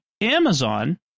Amazon